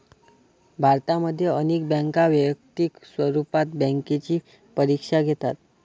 भारतामध्ये अनेक बँका वैयक्तिक स्वरूपात बँकेची परीक्षा घेतात